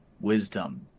wisdom